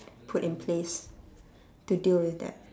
put in place to deal with that